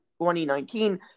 2019